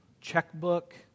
checkbook